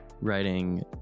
writing